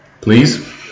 Please